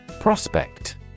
Prospect